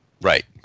Right